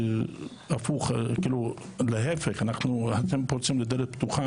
כאילו להפך, אתם פורצים לדלת פתוחה.